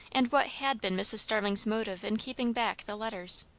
and what had been mrs. starling's motive in keeping back the letters?